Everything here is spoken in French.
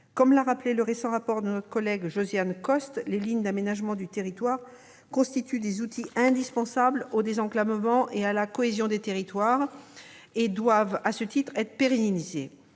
Comme l'a rappelé le récent rapport de notre collègue Josiane Costes, les LAT constituent des outils indispensables au désenclavement et à la cohésion des territoires ; elles doivent à ce titre être pérennisées.